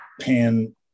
pan